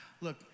look